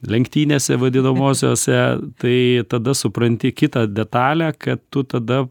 lenktynėse vadinamosiose tai tada supranti kitą detalę kad tu tada